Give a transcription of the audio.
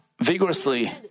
vigorously